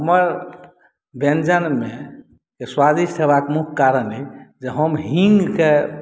हमर व्यंजन मे स्वादिष्ट हेबाक मुख्य कारण अछि जे हम हींग के